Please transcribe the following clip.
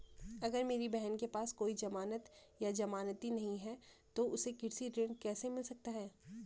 अगर मेरी बहन के पास कोई जमानत या जमानती नहीं है तो उसे कृषि ऋण कैसे मिल सकता है?